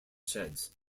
sheds